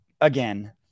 again